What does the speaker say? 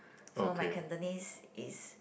so my Cantonese is